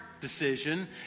decision